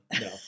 no